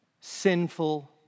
Sinful